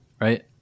Right